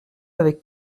avec